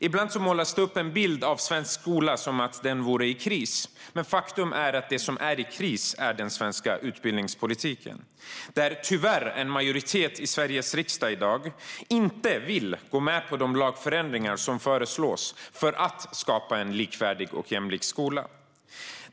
Ibland målas det upp en bild av svensk skola som att den vore i kris. Men faktum är att det som är i kris är den svenska utbildningspolitiken. Tyvärr vill inte en majoritet i Sveriges riksdag i dag gå med på de lagförändringar som föreslås för att skapa en likvärdig och jämlik skola.